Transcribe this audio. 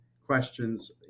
questions